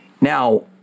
Now